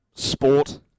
Sport